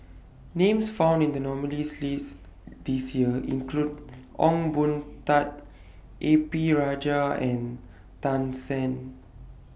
Names found in The nominees' list This Year include Ong Boon Tat A P Rajah and Tan Shen